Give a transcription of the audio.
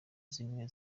zimwe